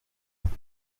aha